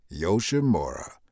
yoshimura